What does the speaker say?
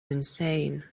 insane